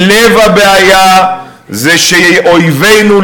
כי לב הבעיה הוא שאויבינו,